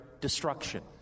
destruction